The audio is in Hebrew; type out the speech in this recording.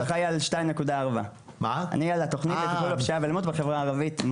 אני אחראי על 2.4. אני על התוכנית לטיפול הפשיעה והאלימות בחברה הערבית,